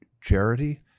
charity